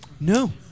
no